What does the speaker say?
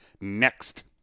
next